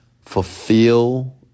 fulfill